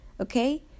Okay